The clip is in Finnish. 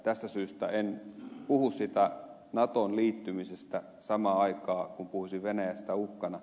tästä syystä en puhu siitä natoon liittymisestä samaan aikaan kuin puhuisin venäjästä uhkana